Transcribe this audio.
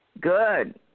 Good